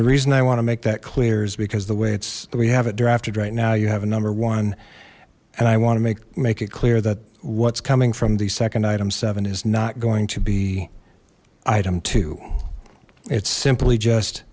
the reason i want to make that clear is because the way it's we have it drafted right now you have a number one and i want to make make it clear that what's coming from the second item seven is not going to be item two it's simply just